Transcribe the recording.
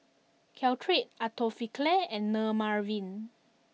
Caltrate Atopiclair and Dermaveen